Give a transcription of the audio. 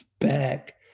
back